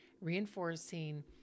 reinforcing